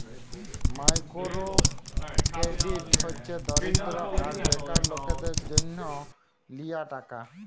micro credit হছে দরিদ্য আর বেকার লকদের জ্যনহ লিয়া টাকা